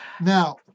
Now